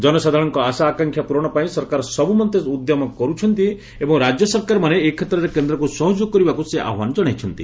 ଜନସାଧାରଣଙ୍କ ଆଶା ଆକାଂକ୍ଷା ପୂରଣ ପାଇଁ ସରକାର ସବୁମନ୍ତେ ଉଦ୍ୟମ କରୁଛନ୍ତି ଏବଂ ରାଜ୍ୟ ସରକାରମାନେ ଏ କ୍ଷେତ୍ରରେ କେନ୍ଦ୍ରକୁ ସହଯୋଗ କରିବାକୁ ସେ ଆହ୍ୱାନ ଜଣାଇଛନ୍ତି